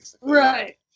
right